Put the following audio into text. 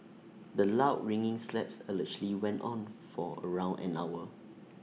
the loud ringing slaps allegedly went on for around an hour